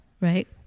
right